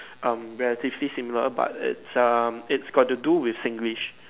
um relatively similar but it's um it's got to do with Singlish